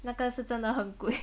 那个是真的很贵